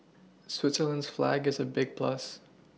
Switzerland's flag is a big plus